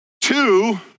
Two